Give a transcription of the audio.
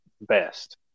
best